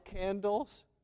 candles